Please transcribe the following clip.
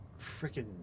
freaking